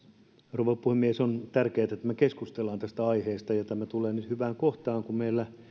rouva puhemies on tärkeätä että me keskustelemme tästä aiheesta ja tämä tulee nyt hyvään kohtaan kun meillä